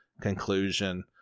conclusion